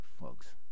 folks